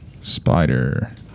Spider